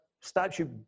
statue